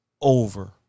over